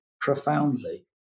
profoundly